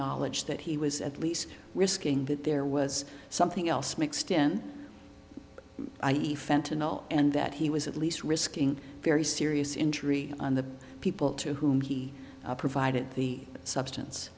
knowledge that he was at least risking that there was something else mixed in fentanyl and that he was at least risking a very serious injury on the people to whom he provided the substance